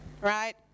Right